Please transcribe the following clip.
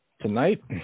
tonight